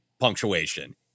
punctuation